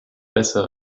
besser